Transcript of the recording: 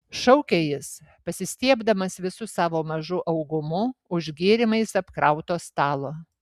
šaukė jis pasistiebdamas visu savo mažu augumu už gėrimais apkrauto stalo